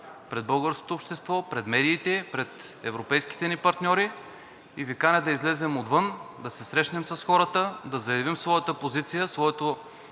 пред българското общество, пред медиите, пред европейските ни партньори и Ви каня да излезем отвън, да се срещнем с хората, да заявим своята позиция, своето